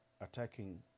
attacking